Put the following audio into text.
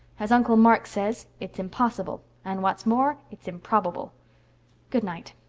as uncle mark says, it's impossible, and what's more it's improbable good night,